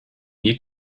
need